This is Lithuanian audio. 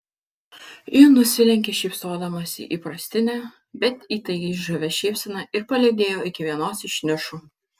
ji nusilenkė šypsodamasi įprastine bet įtaigiai žavia šypsena ir palydėjo iki vienos iš nišų